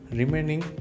remaining